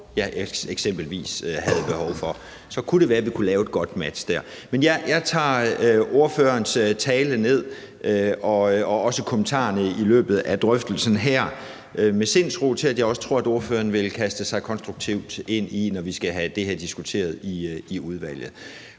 jeg eksempelvis havde behov for, kunne det være, at vi kunne lave et godt match der. Jeg tager ordførerens tale ned – og også kommentarerne i løbet af drøftelsen her. Jeg gør det med sindsro, for jeg tror også, at ordføreren vil kaste sig konstruktivt ind i det, når vi skal have det her diskuteret i udvalget.